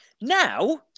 Now